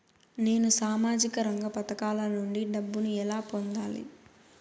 నేను సామాజిక రంగ పథకాల నుండి డబ్బుని ఎలా పొందాలి?